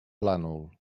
plànol